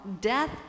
death